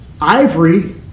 Ivory